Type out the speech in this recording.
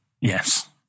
Yes